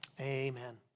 amen